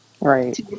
right